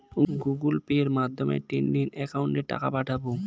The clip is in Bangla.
গুগোল পের মাধ্যমে ট্রেডিং একাউন্টে টাকা পাঠাবো?